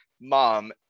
Mom